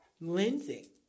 Lindsay